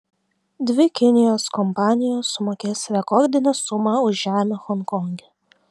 dvi kinijos kompanijos sumokės rekordinę sumą už žemę honkonge